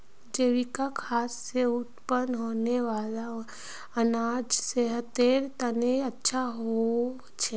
जैविक खाद से उत्पन्न होने वाला अनाज सेहतेर तने अच्छा होछे